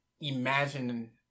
imagine